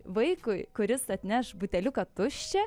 vaikui kuris atneš buteliuką tuščią